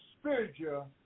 spiritual